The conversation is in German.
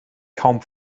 kaum